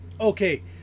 Okay